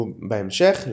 ובהמשך,